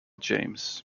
james